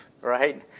right